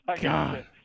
God